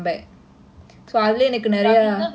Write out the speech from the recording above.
ya business everything must be there